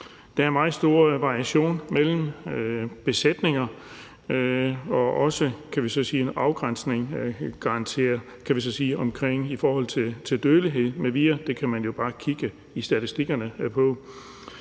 Der er meget stor variation mellem besætninger og også en afgrænsning garanteret i forhold til dødelighed m.v. Der kan man jo bare kigge på statistikkerne.